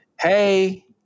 Hey